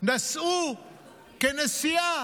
נסעו כנסיעה.